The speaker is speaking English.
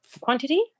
quantity